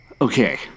Okay